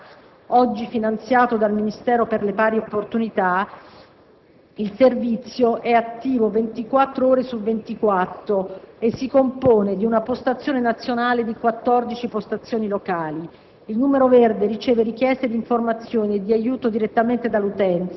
è stato attivato un Numero verde nazionale anti tratta, oggi finanziato dal Ministero per le pari opportunità. Il servizio è attivo 24 ore su 24 e si compone di una postazione nazionale e di 14 postazioni locali;